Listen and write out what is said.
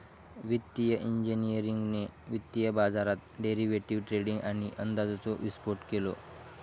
वित्तिय इंजिनियरिंगने वित्तीय बाजारात डेरिवेटीव ट्रेडींग आणि अंदाजाचो विस्फोट केलो